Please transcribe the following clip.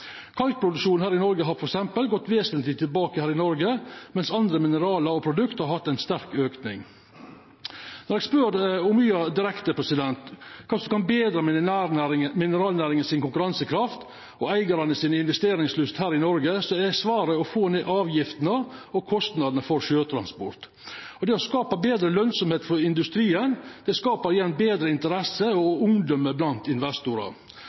gått vesentleg tilbake, medan andre mineral og produkt har hatt ein sterk auke. Då eg spurde Omya direkte kva som kan betra konkurransekrafta til mineralnæringa og investeringslyst til eigarane i Noreg, var svaret å få ned avgiftene og kostnadene for sjøtransport. Det å skapa betre lønsemd for industrien skapar igjen større interesse og betre omdømme blant investorar.